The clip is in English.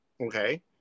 okay